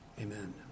Amen